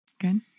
good